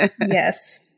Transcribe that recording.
yes